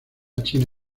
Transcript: china